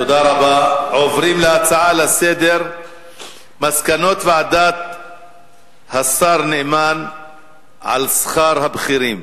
נעבור להצעות לסדר-היום בנושא: מסקנות ועדת-נאמן על שכר הבכירים,